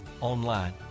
online